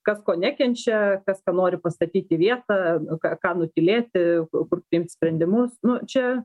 kas ko nekenčia kas ką nori pastatyt į vietą ką ką nutylėti kur priimt sprendimus nu čia